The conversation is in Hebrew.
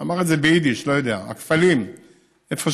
הוא אמר את זה ביידיש,